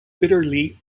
bitterly